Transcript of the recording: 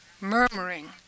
murmuring